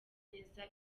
neza